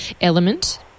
element